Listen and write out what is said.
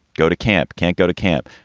go to camp, can't go to camp.